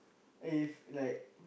if like